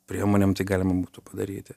priemonėm tai galima būtų padaryti